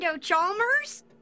Chalmers